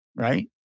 right